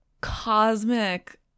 cosmic